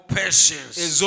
patience